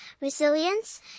resilience